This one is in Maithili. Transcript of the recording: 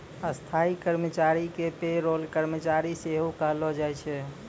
स्थायी कर्मचारी के पे रोल कर्मचारी सेहो कहलो जाय छै